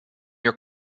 your